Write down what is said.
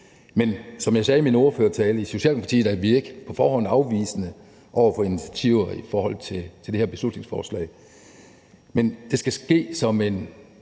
Men som jeg sagde i min ordførertale, er vi i Socialdemokratiet ikke på forhånd afvisende over for initiativer i forhold til det her beslutningsforslag. Men det skal ske som et